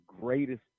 greatest